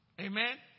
Amen